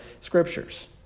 scriptures